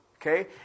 Okay